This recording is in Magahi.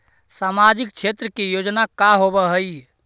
सामाजिक क्षेत्र के योजना का होव हइ?